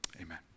Amen